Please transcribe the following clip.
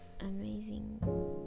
amazing